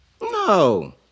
No